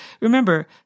Remember